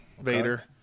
Vader